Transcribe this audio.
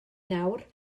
nawr